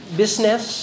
business